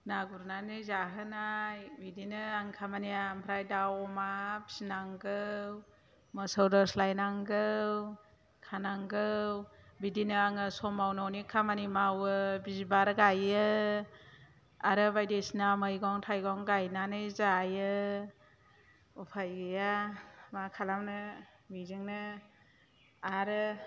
ना गुरनानै जाहोनाय बिदिनो आं खामानिया ओमफ्राय दाउ अमा फिनांगौ मोसौ दोस्लायनांगौ खानांगौ बिदिनो आङो समाव न'नि खामानि मावो बिबार गायो आरो बायदिसिना मैगं थाइगं गायनानै जायो उफाय गैया मा खालामनो बिजोंनो आरो